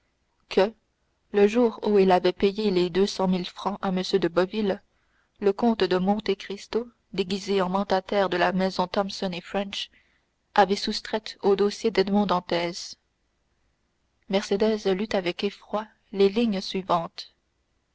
que le jour où il avait payé les deux cent mille francs à m de boville le comte de monte cristo déguisé en mandataire de la maison thomson et french avait soustraite au dossier d'edmond dantès mercédès lut avec effroi les lignes suivantes